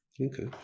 okay